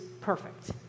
perfect